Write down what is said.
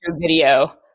video